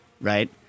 right